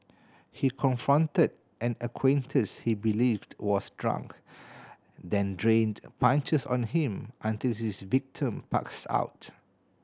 he confronted an acquaintance he believed was drunk then rained punches on him until his victim passed out